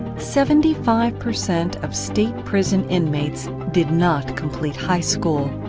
seventy five percent of state prison inmates did not complete high school.